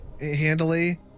handily